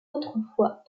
autrefois